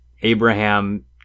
Abraham